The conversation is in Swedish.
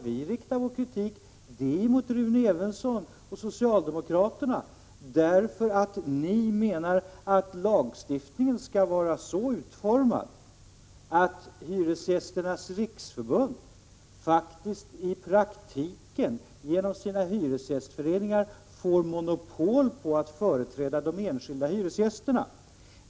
Vi riktar kritik mot Rune Evensson och socialdemokraterna därför att de menar att lagstiftningen skall vara så utformad att Hyresgästernas riksförbund i praktiken genom sina hyresgästföreningar får monopol på att företräda de enskilda hyresgästerna.